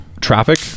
traffic